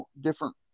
different